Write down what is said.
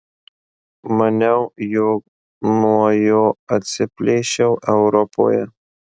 maniau jog nuo jo atsiplėšiau europoje